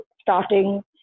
starting